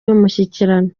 y’umushyikirano